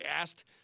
asked